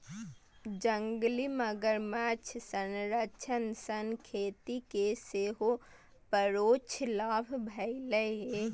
जंगली मगरमच्छ संरक्षण सं खेती कें सेहो परोक्ष लाभ भेलैए